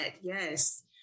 Yes